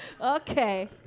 Okay